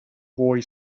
boy